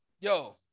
Yo